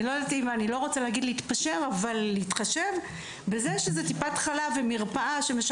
אני לא אומרת שצריך להתפשר אבל יש להתחשב שמדובר בטיפת חלב שמשרתת